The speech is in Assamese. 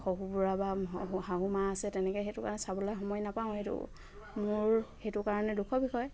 শহুৰ বুঢ়া বা শাহু মা আছে তেনেকৈ সেইটো কাৰণে চাবলৈ সময় নাপাওঁ সেইটো মোৰ সেইটো কাৰণে দুখৰ বিষয়